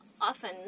often